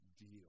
deal